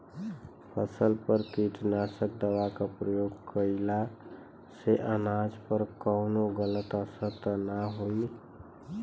फसल पर कीटनाशक दवा क प्रयोग कइला से अनाज पर कवनो गलत असर त ना होई न?